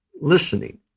listening